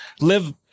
live